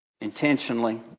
intentionally